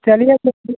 चलिए तो ठीक